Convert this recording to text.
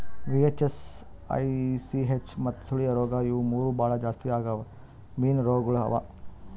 VHS, ICH ಮತ್ತ ಸುಳಿಯ ರೋಗ ಇವು ಮೂರು ಭಾಳ ಜಾಸ್ತಿ ಆಗವ್ ಮೀನು ರೋಗಗೊಳ್ ಅವಾ